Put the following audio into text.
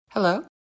Hello